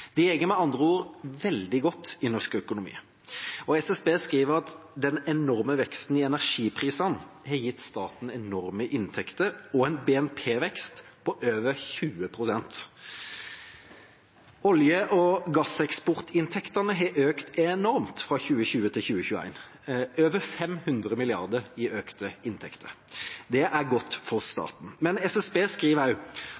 Det går med andre ord veldig godt i norsk økonomi. SSB skriver at den enorme veksten i energiprisene har gitt staten enorme inntekter og en BNP-vekst på over 20 pst. Olje- og gasseksportinntektene har økt enormt fra 2020 til 2021, over 500 mrd. kr i økte inntekter. Det er godt for